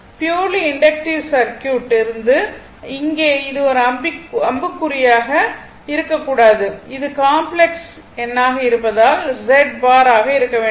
purely inductive சர்க்யூட்டில் இருந்து இங்கே அது அம்புக்குறியாக இருக்க கூடாது அது காம்ப்ளக்ஸ் எண்ணாக இருப்பதால் Z பார் ஆக இருக்க வேண்டும்